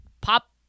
pop